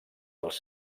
dels